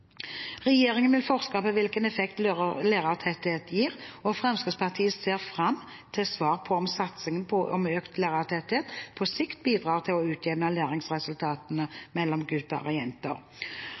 Regjeringen vil forske på hvilken effekt økt lærertetthet gir, og Fremskrittspartiet ser fram til svar på om satsingen på økt lærertetthet på sikt bidrar til å utjevne læringsresultatene mellom gutter og jenter.